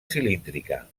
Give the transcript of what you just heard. cilíndrica